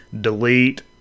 delete